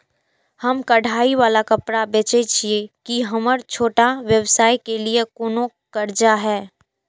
हम कढ़ाई वाला कपड़ा बेचय छिये, की हमर छोटा व्यवसाय के लिये कोनो कर्जा है?